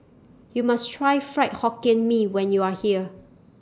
YOU must Try Fried Hokkien Mee when YOU Are here